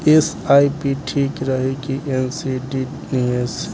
SIP ठीक रही कि एन.सी.डी निवेश?